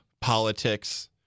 politics